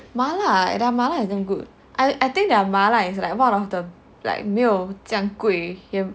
麻辣 their 麻辣 is damn good I I think their 麻辣 like one of the like 没有这样贵